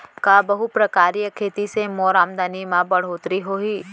का बहुप्रकारिय खेती से मोर आमदनी म बढ़होत्तरी होही?